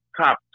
top